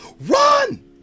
RUN